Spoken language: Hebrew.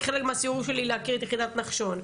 כחלק מהסיור שלי להכיר את יחידת נחשון,